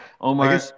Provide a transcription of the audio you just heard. Omar